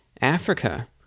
Africa